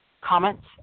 comments